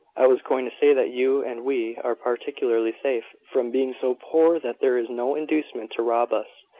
i was going to say that you and we are particularly safe, from being so poor that there is no inducement to rob us.